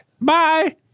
Bye